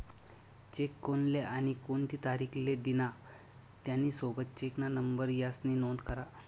check कोनले आणि कोणती तारीख ले दिना, त्यानी सोबत चेकना नंबर यास्नी नोंद करा